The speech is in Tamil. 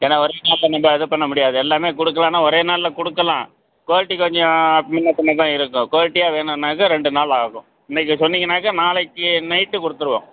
ஏன்னா ஒரே நாளில் நம்ம இது பண்ண முடியாது எல்லாமே கொடுக்கலான்னா ஒரே நாளில் கொடுக்கலாம் குவாலிட்டி கொஞ்சம் முன்னே பின்னே தான் இருக்கும் குவாலிட்டியாக வேணுன்னாக்க ரெண்டு நாள் ஆகும் இன்றைக்கி சொன்னீங்கனாக்க நாளைக்கு நைட்டு கொடுத்துருவோம்